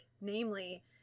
namely